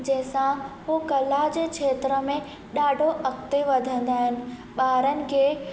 जेसां हो कला जे खेत्र में ॾाढो अॻिते वधंदा आहिनि ॿारनि खे